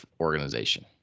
organization